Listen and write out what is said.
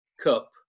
Cup